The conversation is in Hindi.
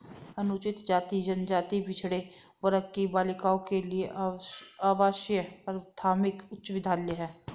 अनुसूचित जाति जनजाति पिछड़े वर्ग की बालिकाओं के लिए आवासीय प्राथमिक उच्च विद्यालय है